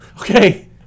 okay